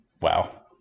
Wow